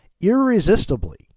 irresistibly